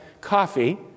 coffee